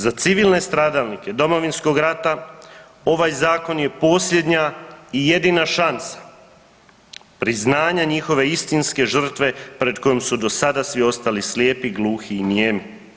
Za civilne stradalnike Domovinskog rata ovaj zakon je posljednja i jedina šansa priznanja njihove istinske žrtve pred kojom su svi do sada svi ostali slijepi, gluhi i nijemi.